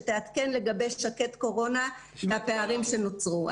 שתעדכן לגבי שק"ד קורונה והפערים שנוצרו.